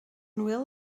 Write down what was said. bhfuil